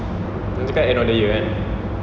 it depends end of the year kan